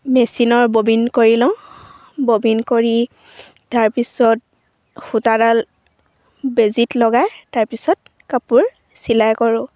মেচিনৰ ববিন কৰি লওঁ ববিন কৰি তাৰপিছত সূতাডাল বেজীত লগাই তাৰপিছত কাপোৰ চিলাই কৰোঁ